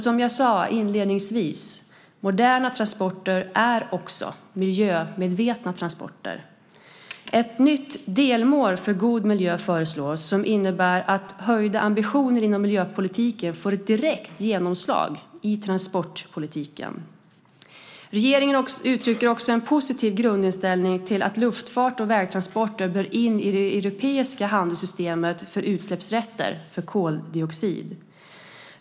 Som jag sade inledningsvis: Moderna transporter är också miljömedvetna transporter. Ett nytt delmål för god miljö föreslås. Det innebär att höjda ambitioner inom miljöpolitiken får ett direkt genomslag i transportpolitiken. Regeringen uttrycker också en positiv grundinställning till att luftfart och vägtransporter bör in i det europeiska handelssystemet för utsläppsrätter för koldioxid.